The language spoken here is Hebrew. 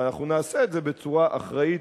ואנחנו נעשה את זה בצורה אחראית,